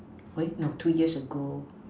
where no two years ago